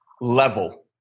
level